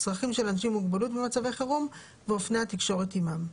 צרכים של אנשים עם מוגבלות במצבי חירום ואופני התקשורת עימם.